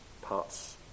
parts